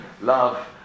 love